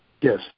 Yes